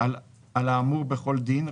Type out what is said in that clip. על האמור בכל דין,